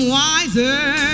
wiser